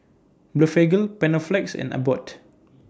Blephagel Panaflex and Abbott